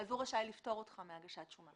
הוא רשאי לפטור אותך מהגשת שומה.